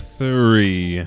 three